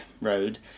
road